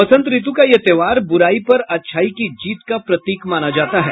बंसत ऋतु का यह त्योहार बुराई पर अच्छाई की जीत का प्रतीक माना जाता है